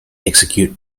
execute